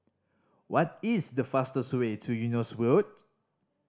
what is the fastest way to Eunos Road